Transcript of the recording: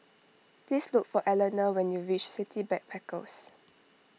please look for Allena when you reach City Backpackers